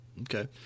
okay